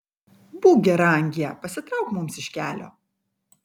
būk gera angie pasitrauk mums iš kelio